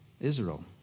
Israel